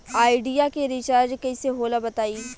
Idea के recharge कइसे होला बताई?